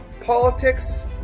politics